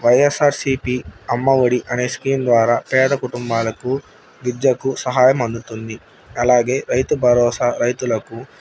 వైఎస్ఆర్సిపి అమ్మఒడి అనే స్కీమ్ ద్వారా పేద కుటుంబాలకు విద్యకు సహాయం అందుతుంది అలాగే రైతు భరోసా రైతులకు